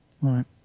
Right